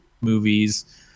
movies